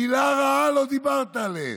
מילה רעה לא דיברת עליהם.